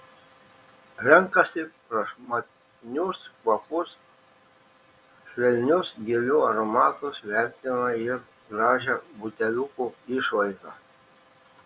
renkasi prašmatnius kvapus švelnius gėlių aromatus vertina ir gražią buteliukų išvaizdą